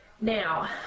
Now